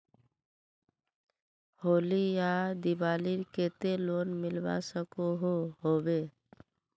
होली या दिवालीर केते लोन मिलवा सकोहो होबे?